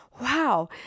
Wow